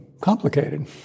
complicated